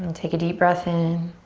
take a deep breath in.